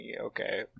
okay